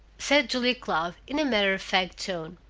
said julia cloud in a matter-of-fact tone.